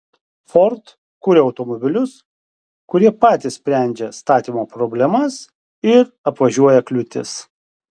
ford kuria automobilius kurie patys sprendžia statymo problemas ir apvažiuoja kliūtis